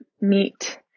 meet